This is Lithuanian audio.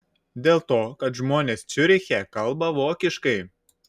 dėl to kad žmonės ciuriche kalba vokiškai